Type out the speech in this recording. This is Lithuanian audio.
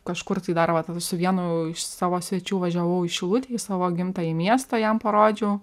kažkur tai dar vat su vienu iš savo svečių važiavau į šilutę į savo gimtąjį miestą jam parodžiau